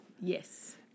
Yes